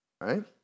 right